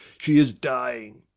she is dying!